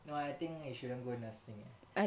no I think you shouldn't go nursing eh